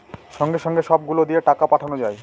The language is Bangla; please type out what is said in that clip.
সঙ্গে সঙ্গে সব গুলো দিয়ে টাকা পাঠানো যায়